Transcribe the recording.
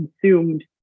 consumed